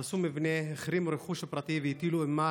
הרסו מבנה, החרימו רכוש פרטי והטילו אימה